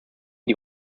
die